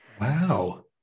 Wow